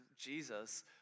Jesus